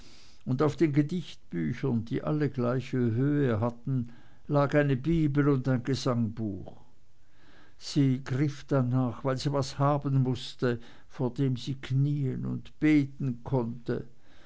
und auf den gedichtbüchern die alle gleiche höhe hatten lag eine bibel und ein gesangbuch sie griff danach weil sie was haben mußte vor dem sie knien und beten konnte